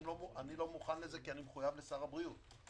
אני לא מוכן לזה, כי אני מחויב לשר הבריאות.